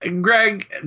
Greg